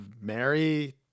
Mary